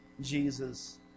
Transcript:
Jesus